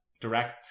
direct